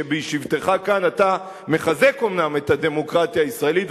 שבשבתך כאן אתה מחזק אומנם את הדמוקרטיה הישראלית,